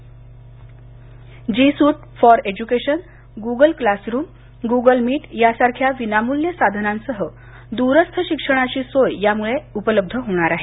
G suite for education Google classroom Google meet यासारख्या विनामूल्य साधनांसह दूरस्थ शिक्षणाची सोय यामुळे होणार आहे